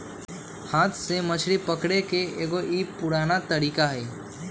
हाथ से मछरी पकड़े के एगो ई पुरान तरीका हई